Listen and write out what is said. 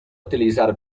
utilizar